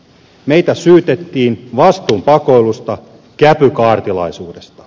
meitä syytettiin vastuun pakoilusta käpykaartilaisuudesta